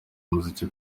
umuziki